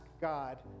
God